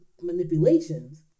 manipulations